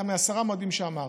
מעשרה המועדים שאמרתי.